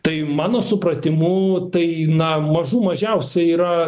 tai mano supratimu tai na mažų mažiausia yra